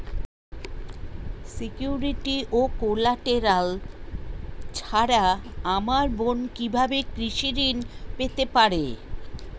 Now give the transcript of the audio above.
Security ও collateral ছাড়া আমার বোন কিভাবে কৃষি ঋন পেতে পারে?